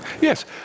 Yes